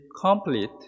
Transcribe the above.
complete